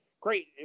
great